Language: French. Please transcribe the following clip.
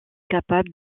capable